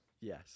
Yes